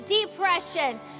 depression